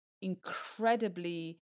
incredibly